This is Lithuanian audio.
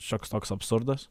šioks toks absurdas